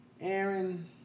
Aaron